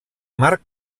mar